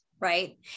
right